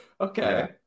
Okay